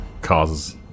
causes